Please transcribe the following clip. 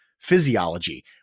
physiology